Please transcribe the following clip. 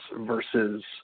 versus